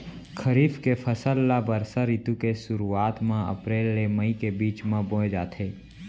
खरीफ के फसल ला बरसा रितु के सुरुवात मा अप्रेल ले मई के बीच मा बोए जाथे